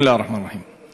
בסם אללה א-רחמאן א-רחים.